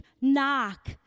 knock